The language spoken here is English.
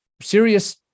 serious